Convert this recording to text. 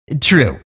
True